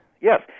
Yes